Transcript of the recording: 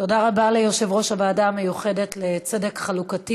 תודה רבה ליושב-ראש הוועדה המיוחדת לצדק חלוקתי